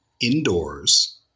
indoors